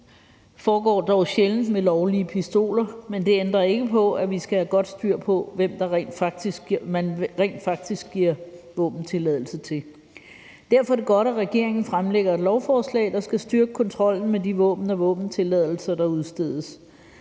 foregår dog sjældent med lovlige pistoler, men det ændrer ikke på, at vi skal have godt styr på, hvem man rent faktisk giver våbentilladelse til. Derfor er det godt, at regeringen fremsætter et lovforslag, der skal styrke kontrollen med våben og de våbentilladelser, der udstedes.